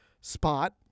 spot